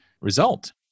result